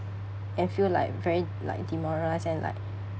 and feel like very like demoralised and like